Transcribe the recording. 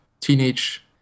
teenage